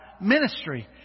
ministry